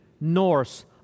Norse